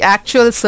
Actual